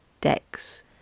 decks